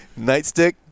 Nightstick